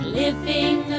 living